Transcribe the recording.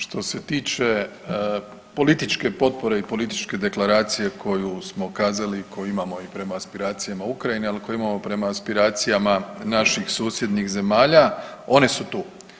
Što se tiče političke potpore i političke deklaraciju koju smo kazali i koju imamo i prema aspiracijama u Ukrajini, ali koji imamo prema aspiracijama naših susjednih zemalja, one su tu.